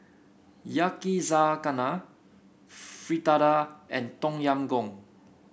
Yakizakana Fritada and Tom Yam Goong